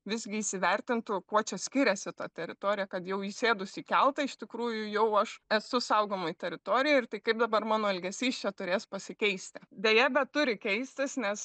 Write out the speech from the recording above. visgi įsivertintų kuo čia skiriasi ta teritorija kad jau įsėdus į keltą iš tikrųjų jau aš esu saugomoj teritorijoj ir tai kaip dabar mano elgesys čia turės pasikeisti deja bet turi keistis nes